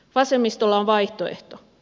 vasemmistolla on vaihtoehto